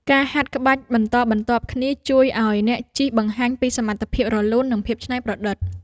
ការហាត់ក្បាច់បន្តបន្ទាប់គ្នា ជួយឱ្យអ្នកជិះបង្ហាញពីសមត្ថភាពរលូន និងភាពច្នៃប្រឌិត។